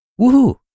Woohoo